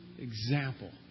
example